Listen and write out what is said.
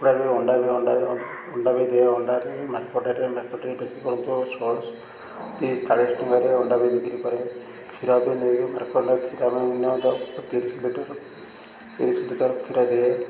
ଅଣ୍ଡା ଅଣ୍ଡା ବି ତିରିଶି ଚାଳିଶି ଟଙ୍କାରେ ଅଣ୍ଡା ବି ବିକ୍ରି କରେ କ୍ଷୀର ବି ନେଇକି ତିରିଶ ଲିଟର ତିରିଶ ଲିଟର କ୍ଷୀର ଦିଏ